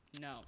No